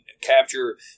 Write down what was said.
capture